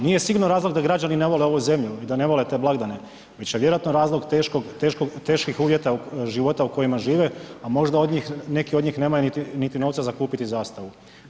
Nije sigurno razlog da građani ne vole ovu zemlju i da ne vole te blagdane, već je vjerojatno razlog teških uvjeta života u kojima žive, a možda nekih od njih nemaju niti novca za kupiti zastavu.